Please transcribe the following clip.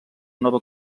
nova